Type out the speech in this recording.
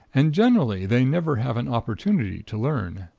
and generally they never have an opportunity to learn.